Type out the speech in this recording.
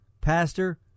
pastor